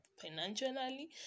financially